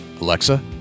Alexa